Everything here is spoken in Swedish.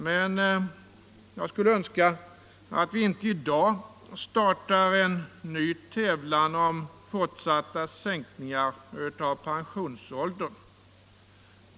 Men jag skulle önska att vi inte redan nu startar en ny tävlan om fortsatta sänkningar av pensionsåldern.